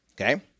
okay